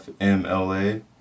FMLA